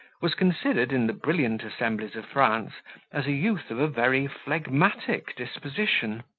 was considered in the brilliant assemblies of france as a youth of a very phlegmatic disposition.